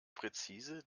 präzise